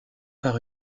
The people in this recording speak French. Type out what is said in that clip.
par